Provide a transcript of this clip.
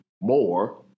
more